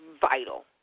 vital